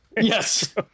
Yes